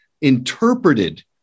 interpreted